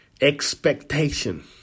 expectation